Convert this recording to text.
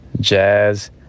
jazz